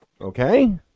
okay